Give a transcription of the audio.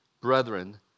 brethren